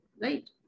right